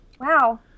wow